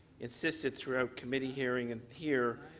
insisted throughout committee hearing and here,